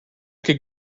could